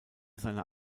seiner